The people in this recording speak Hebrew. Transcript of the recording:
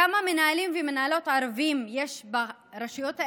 כמה מנהלים ומנהלות ערבים יש ברשויות האלה,